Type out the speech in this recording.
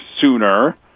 sooner